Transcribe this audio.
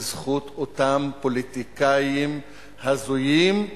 בזכות אותם פוליטיקאים הזויים,